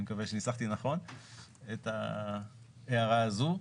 אני מקווה שניסחתי נכון את ההערה הזאת.